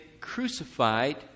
crucified